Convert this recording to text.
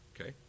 okay